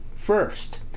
first